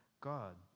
God